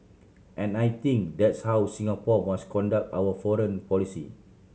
and I think that's how Singapore must conduct our foreign policy